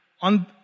on